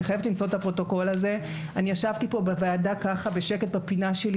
אני חייבת למצוא אותו ואני ישבתי בוועדה בשקט בפינה שלי